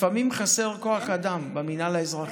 לפעמים חסר כוח אדם במינהל האזרחי.